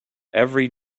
every